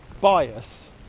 bias